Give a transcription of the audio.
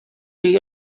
chi